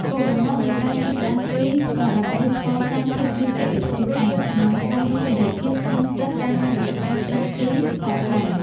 គោលបំណងនៃការជិះក្ដារស្គី ក៏ដើម្បីកសាងភាពជឿជាក់លើខ្លួនឯង និងស្វែងរកសេរីភាពក្នុងចិត្តតាមរយៈការផ្លាស់ទីផងដែរ។